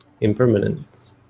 impermanence